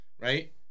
right